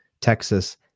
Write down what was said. Texas